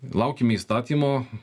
laukiame įstatymo